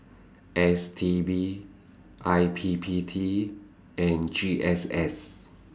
S T B I P P T and G S S